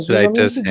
writers